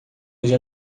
hoje